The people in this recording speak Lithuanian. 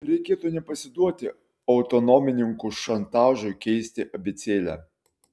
reikėtų nepasiduoti autonomininkų šantažui keisti abėcėlę